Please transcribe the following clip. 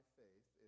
faith